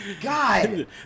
God